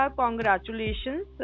congratulations